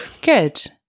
Good